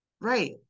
Right